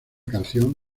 canción